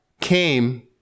came